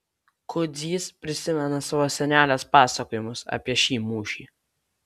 kudzys prisimena savo senelės pasakojimus apie šį mūšį